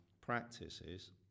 practices